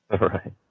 right